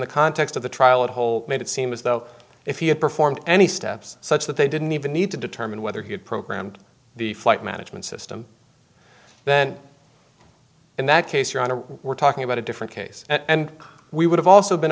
the context of the trial it whole made it seem as though if he had performed any steps such that they didn't even need to determine whether he had programmed the flight management system then in that case your honor we're talking about a different case and we would have also been